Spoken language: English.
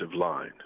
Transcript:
line